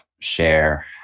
share